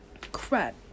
Crap